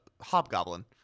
Hobgoblin